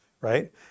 Right